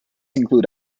include